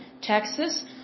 Texas